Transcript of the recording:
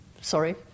Sorry